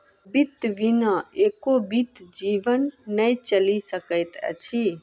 वित्त बिना एको बीत जीवन नै चलि सकैत अछि